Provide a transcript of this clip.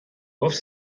گفت